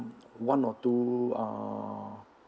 one or two uh